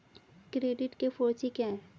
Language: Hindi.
क्रेडिट के फॉर सी क्या हैं?